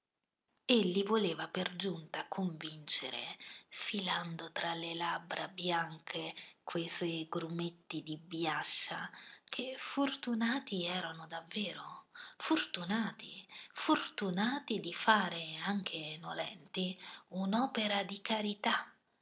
e li voleva per giunta convincere filando tra le labbra bianche que suoi grumetti di biascia che fortunati erano davvero fortunati fortunati di fare anche nolenti un'opera di carità